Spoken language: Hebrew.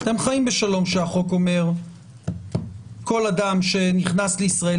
אתם חיים בשלום עם זה שהחוק אומר כל אדם שנכנס לישראל,